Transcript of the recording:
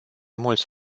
mulți